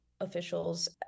officials